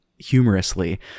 humorously